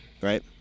Right